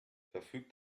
verfügt